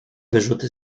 wyrzuty